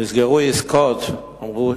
נסגרו עסקאות, אמרו: